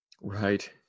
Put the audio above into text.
Right